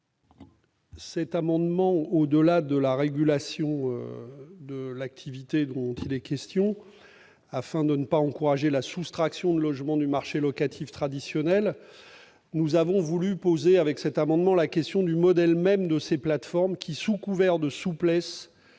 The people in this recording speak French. Par cet amendement, au-delà de la régulation de l'activité dont il est question, et afin de ne pas encourager la soustraction de logements du marché locatif traditionnel, nous voulons poser la question du modèle même de ces plateformes, qui, sous couvert de souplesse,